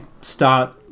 start